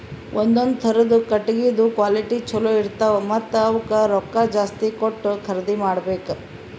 ಒಂದೊಂದ್ ಥರದ್ ಕಟ್ಟಗಿದ್ ಕ್ವಾಲಿಟಿ ಚಲೋ ಇರ್ತವ್ ಮತ್ತ್ ಅವಕ್ಕ್ ರೊಕ್ಕಾ ಜಾಸ್ತಿ ಕೊಟ್ಟ್ ಖರೀದಿ ಮಾಡಬೆಕ್